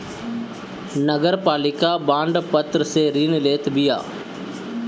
नगरपालिका बांड पत्र से ऋण लेत बिया